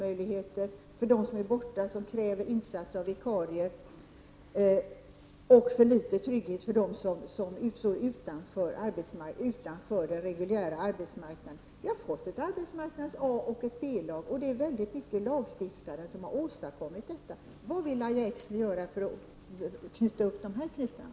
De som av olika skäl är borta måste ersättas med vikarier, och det ger för litet av trygghet för dem som står utanför den reguljära arbetsmarknaden. Vi har fått ett A-lag och ett B-lag på arbetsmarknaden. Det är i stor utsträckning lagstiftningen som åstadkommit detta. Vad vill Lahja Exner göra för att lösa upp den knuten?